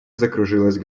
закружилась